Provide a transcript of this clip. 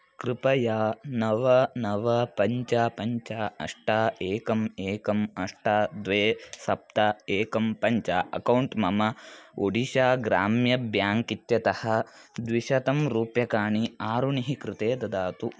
कृपया नव नव पञ्च पञ्च अष्ट एकम् एकम् अष्ट द्वे सप्त एकं पञ्च अकौण्ट् मम ओडिशा ग्राम्य ब्याङ्क् इत्यतः द्विशतं रूप्यकाणि आरुणेः कृते ददातु